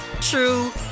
true